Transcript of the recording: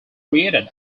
created